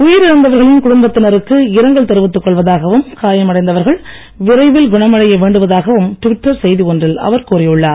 உயிரிழந்தவர்களின் குடும்பத்தினருக்கு இரங்கல் தெரிவித்துக் கொள்வதாகவும் காயமடைந்தவர்கள் விரைவில் குணமடைய வேண்டுவதாகவும் ட்விட்டர் செய்தி ஒன்றில் அவர் கூறியுள்ளார்